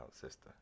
sister